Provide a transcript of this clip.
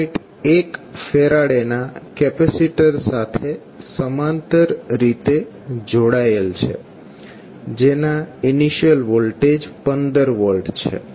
1 F ના capacitor સાથે સમાંતર રીતે જોડાયેલ છે જેનો ઇનિશિયલ વોલ્ટેજ 15 V છે